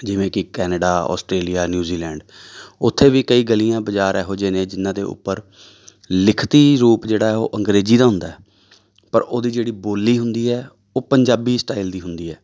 ਜਿਵੇਂ ਕਿ Canada Australia New Zealand ਉੱਥੇ ਵੀ ਕਈ ਗਲੀਆਂ ਬਾਜ਼ਾਰ ਇਹੋ ਜਿਹੇ ਨੇ ਜਿਨ੍ਹਾਂ ਦੇ ਉੱਪਰ ਲਿਖਤੀ ਰੂਪ ਜਿਹੜਾ ਉਹ ਅੰਗਰੇਜ਼ੀ ਦਾ ਹੁੰਦਾ ਪਰ ਉਹਦੀ ਜਿਹੜੀ ਬੋਲੀ ਹੁੰਦੀ ਹੈ ਉਹ ਪੰਜਾਬੀ ਸਟਾਈਲ ਦੀ ਹੁੰਦੀ ਹੈ